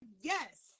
yes